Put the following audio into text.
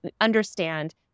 understand